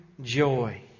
joy